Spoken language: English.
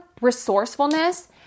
resourcefulness